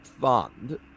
fund